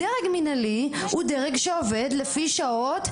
דרג מנהלי הוא דרג שעובד לפי שעות.